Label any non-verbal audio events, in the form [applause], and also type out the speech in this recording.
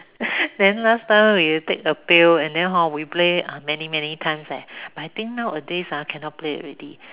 [laughs] then last time we'll take a pail and then hor we play uh many many times leh but I think nowadays cannot play already